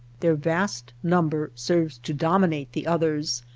their vast number serves to dom inate the others,